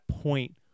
point